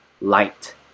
light